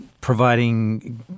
Providing